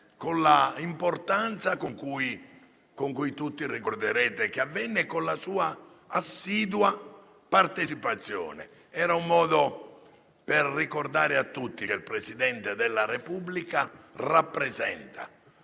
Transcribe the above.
con l'importanza con cui tutti ricorderete che avvenne, con la sua assidua partecipazione. Era un modo per ricordare a tutti che il Presidente della Repubblica rappresenta